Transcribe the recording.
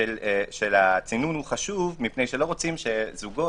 של הצינון חשוב כי לא רוצים שזוגות